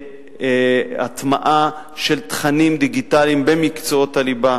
ובהטמעה של תכנים דיגיטליים במקצועות הליבה,